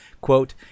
Quote